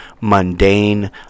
mundane